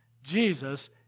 Jesus